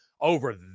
over